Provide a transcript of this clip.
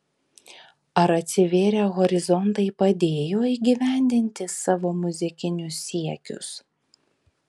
ar atsivėrę horizontai padėjo įgyvendinti savo muzikinius siekius